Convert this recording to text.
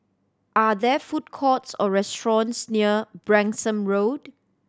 are there food courts or restaurants near Branksome Road